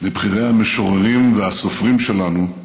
מבכירי המשוררים והסופרים שלנו,